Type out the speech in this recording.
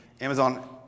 Amazon